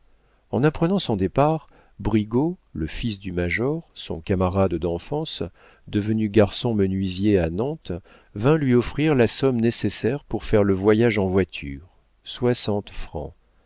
en apprenant son départ brigaut le fils du major son camarade d'enfance devenu garçon menuisier à nantes vint lui offrir la somme nécessaire pour faire le voyage en voiture soixante francs